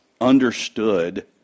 understood